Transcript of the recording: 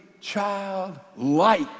childlike